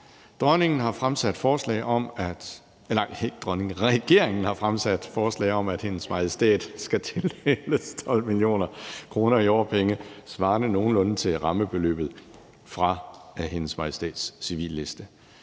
Regeringen har fremsat forslag om, at hendes majestæt skal tildeles 12 mio. kr. i årpenge, svarende nogenlunde til rammebeløbet fra hendes majestæts civilliste.